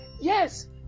yes